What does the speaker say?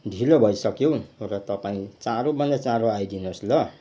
ढिलो भइसक्यो र तपाईँ चाँडोभन्दा चाँडो आइदिनुहोस् ल